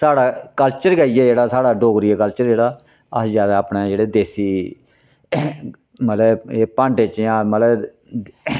साढ़ा कल्चर गै इयै जेह्ड़ा साढ़ा डोगरी दा कल्चर जेह्ड़ा साढ़ा अस ज्यादा अपने जेह्ड़े देसी मतलबै भांडे च जां मतलबै